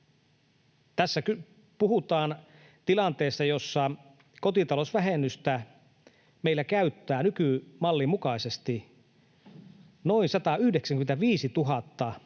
Tässä puhutaan tilanteesta, jossa kotitalousvähennystä meillä käyttää nykymallin mukaisesti noin 195 000